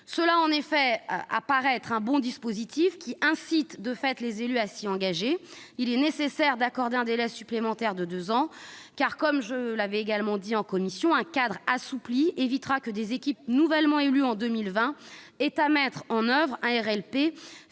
Cela paraît être un bon dispositif, qui incite les élus à s'engager. Il est nécessaire d'accorder un délai supplémentaire de deux ans, car, je l'ai dit en commission, un cadre assoupli évitera que les équipes nouvellement élues en 2020 aient à mettre en oeuvre un RLP